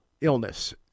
illness